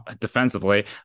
defensively